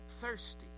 thirsty